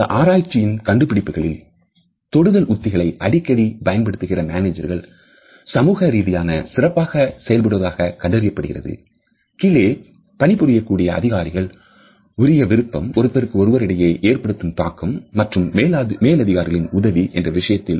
இந்த ஆராய்ச்சியின் கண்டுபிடிப்புகளில் தொடுதல் யுத்திகளை அடிக்கடி பயன்படுத்துகிற மேனேஜர்கள் சமூக ரீதியாக சிறப்பாக செயல்படுவதாக கண்டறியப்படுகிறது கீழே பணிபுரியக்கூடிய அதிகாரிகள் உரிய விருப்பம் ஒருவருக்கொருவர் இடையே ஏற்படும் தாக்கம் மற்றும் மேலதிகாரிகளின் உதவி என்ற விஷயத்தில்